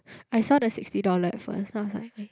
I saw the sixty dollar at first then I was like wait